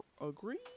agree